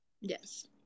Yes